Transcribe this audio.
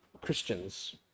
Christians